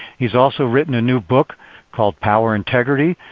he's also written a new book called power integrity.